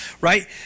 right